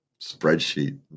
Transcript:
spreadsheet